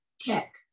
Tech